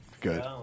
Good